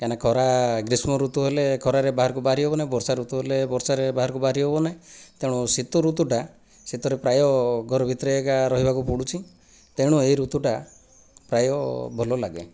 କାହିଁ ନା ଖରା ଗ୍ରୀଷ୍ମ ଋତୁ ହେଲେ ଖରାରେ ବାହାରକୁ ବାହାରି ହେବ ନାହିଁ ବର୍ଷା ଋତୁ ହେଲେ ବର୍ଷାରେ ବାହାରକୁ ବାହାରି ହେବ ନାହିଁ ତେଣୁ ଶୀତ ଋତୁଟା ଶୀତରେ ପ୍ରାୟ ଘର ଭିତରେ ଏକା ରହିବାକୁ ପଡ଼ୁଛି ତେଣୁ ଏ ଋତୁଟା ପ୍ରାୟ ଭଲ ଲାଗେ